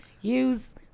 Use